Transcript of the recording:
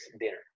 dinner